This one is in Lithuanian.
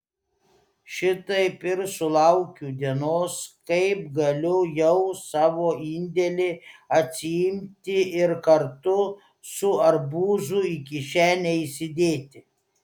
šitaip ir sulaukiu dienos kai galiu jau savo indėlį atsiimti ir kartu su arbūzu į kišenę įsidėti